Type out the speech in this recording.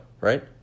right